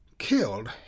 Killed